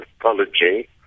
apology